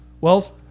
Wells